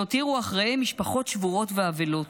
שהותירו אחריהם משפחות שבורות ואבלות,